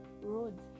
roads